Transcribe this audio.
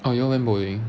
oh you all went bowling